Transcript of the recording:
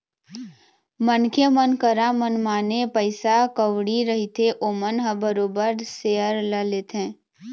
मनखे मन करा मनमाने पइसा कउड़ी रहिथे ओमन ह बरोबर सेयर ल लेथे